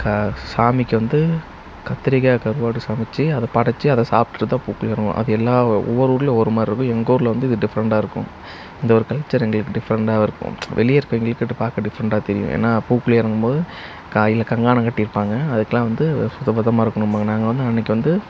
க சாமிக்கு வந்து கத்திரிக்காய் கருவாடு சமைத்து அதை படைத்து அதை சாப்பிட்டுட்டு தான் பூக்குழி இறங்குவாங்க அது எல்லா ஒவ்வொரு ஊர்லேயும் ஒவ்வொரு மாதிரி இருக்கும் எங்கள் ஊரில் வந்து இது டிஃபரெண்டாக இருக்கும் இந்த ஒரு கல்ச்சர் எங்களுக்கு டிஃபரெண்டாக இருக்கும் வெளியே இருக்கவங்களுக்கு இது பார்க்க டிஃபரெண்டாக தெரியும் ஏன்னால் பூக்குழி இறங்கும் போது கையில் கங்கணம் கட்டியிருப்பாங்க அதுக்கெல்லாம் வந்து சுத்தபத்தமாக இருக்கணும்பாங்க நாங்கள் வந்து அன்றைக்கி வந்து